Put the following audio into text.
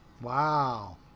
Wow